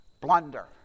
blunder